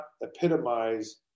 epitomize